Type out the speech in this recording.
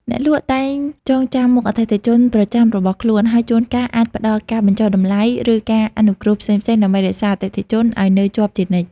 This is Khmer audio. អ្នកលក់តែងចងចាំមុខអតិថិជនប្រចាំរបស់ខ្លួន ហើយជួនកាលអាចផ្តល់ការបញ្ចុះតម្លៃ ឬការអនុគ្រោះផ្សេងៗដើម្បីរក្សាអតិថិជនឱ្យនៅជាប់ជានិច្ច។